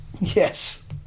yes